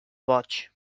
boig